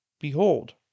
Behold